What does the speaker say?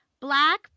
Black